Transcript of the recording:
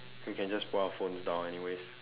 we can just put our phones down anyway